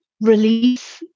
release